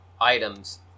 items